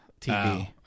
TV